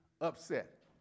upset